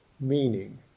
meaning